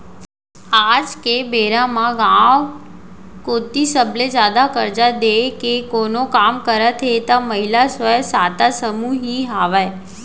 आज के बेरा म गाँव कोती सबले जादा करजा देय के कोनो काम करत हे त महिला स्व सहायता समूह ही हावय